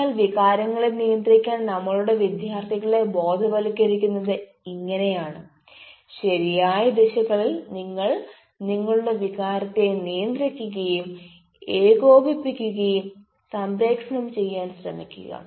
അതിനാൽ വികാരങ്ങളെ നിയന്ത്രിക്കാൻ നമ്മളുടെ വിദ്യാർത്ഥികളെ ബോധവത്കരിക്കുന്നത് ഇങ്ങനെയാണ് ശരിയായ ദിശകളിൽ നിങ്ങൾ നിങ്ങളുടെ വികാരങ്ങളെ നിയന്തിക്കുകയും ഏകോപിപ്പിക്കുകയും സംപ്രേഷണം ചെയ്യാൻ ശ്രമിക്കുക